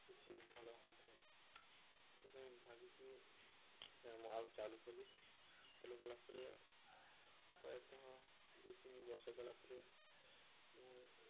କିଛି ଭଲ ହୋଇଥାଏ ସେପାଇଁ ଭାବିକି ମୁଁ ଆଉ ଚାଲୁ କଲି ଚାଲୁ କଲା ପରେ ପ୍ରାୟତଃ ଦୁଇ ତିନି ବର୍ଷ ଗଲା ପରେ ମୁଁ